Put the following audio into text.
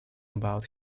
about